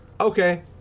Okay